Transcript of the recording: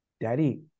Daddy